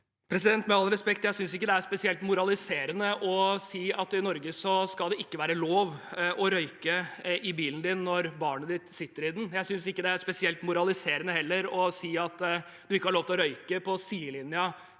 Med all respekt: Jeg sy- nes ikke det er spesielt moraliserende å si at i Norge skal du ikke ha lov til å røyke i bilen din når barnet ditt sitter i den. Jeg synes heller ikke det er spesielt moraliserende å si at du ikke har lov til å røyke på sidelinjen